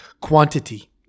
Quantity